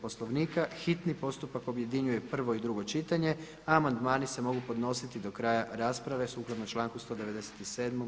Poslovnika hitni postupak objedinjuje prvo i drugo čitanje, a amandmani se mogu podnositi do kraja rasprave sukladno članku 197.